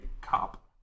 cop